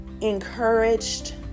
encouraged